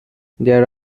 there